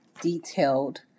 detailed